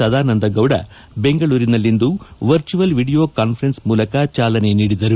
ಸದಾನಂದಗೌಡ ಬೆಂಗಳೂರಿನಲ್ಲಿಂದು virtual video conference ಮೂಲಕ ಚಾಲನೆ ನೀಡಿದರು